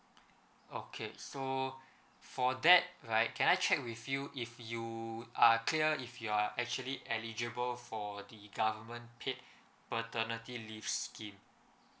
okay so for that right can I check with you if you are clear if you are actually eligible for the government paid paternity leave scheme